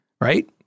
right